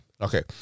okay